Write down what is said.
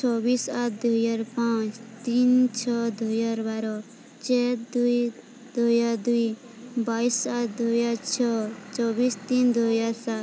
ଛବିଶି ଆଠ ଦୁଇ ହଜାର ପାଞ୍ଚ ତିନି ଛଅ ଦୁଇହଜାର ବାର ଚାରି ଦୁଇ ଦୁଇ ହଜାର ଦୁଇ ବାଇଶି ଆଠ ଦୁଇ ହଜାର ଛଅ ଚବିଶି ତିନି ଦୁଇ ହଜାର ସାତ